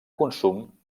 consum